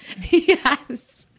Yes